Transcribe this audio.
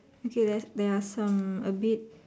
okay let's there are some a bit